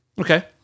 Okay